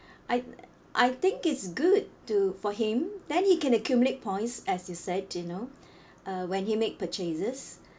I I think it's good to for him then he can accumulate points as you said you know uh when he make purchases uh